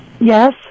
Yes